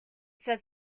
said